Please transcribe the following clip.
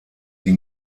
die